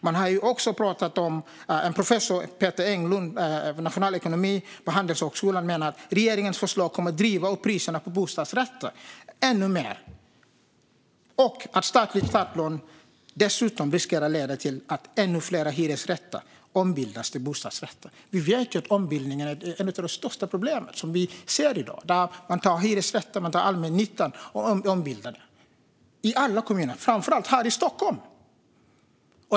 Peter Englund, professor emeritus i nationalekonomi vid Handelshögskolan i Stockholm, menar att regeringens förslag kommer att driva upp priserna på bostadsrätter ännu mer och att statliga startlån dessutom riskerar att leda till att ännu fler hyresrätter ombildas till bostadsrätter. Ombildningar är ett av de största problem som vi ser i dag. Man tar hyresrätter, man tar allmännyttan, och ombildar de lägenheterna i alla kommuner, framför allt här i Stockholm.